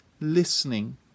listening